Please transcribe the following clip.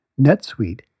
NetSuite